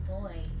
boy